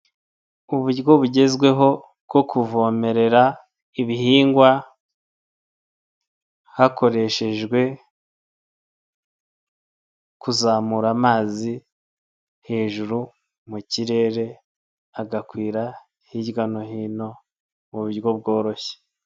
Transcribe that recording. Uburyo bugezweho bwo kuvomerera ibihingwa hakoreshejwe kuzamura amazi hejuru mu kirere, agakwira hirya no hino mu buryo bworoshye.